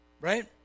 right